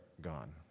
gone